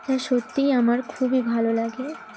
তাই সত্যিই আমার খুবই ভালো লাগে